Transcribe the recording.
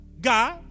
God